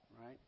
right